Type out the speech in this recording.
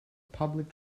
public